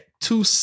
two